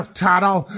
title